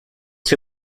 two